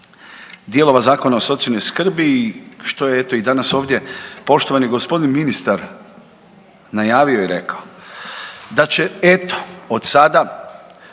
dijelova Zakona o socijalnoj skrbi što je eto i danas ovdje poštovani gospodin ministar najavio i rekao, da će eto od sada